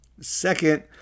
Second